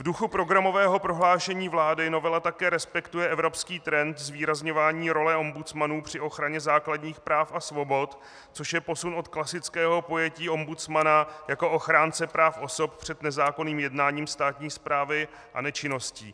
V duchu programového prohlášení vlády novela také respektuje evropský trend zvýrazňování role ombudsmanů při ochraně základních práv a svobod, což je posun od klasického pojetí ombudsmana jako ochránce práv osob před nezákonným jednáním státní správy a nečinností.